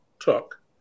took